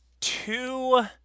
two